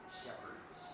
shepherds